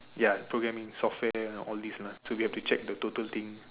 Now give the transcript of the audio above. ya programming software all these lah so we have to check the total thing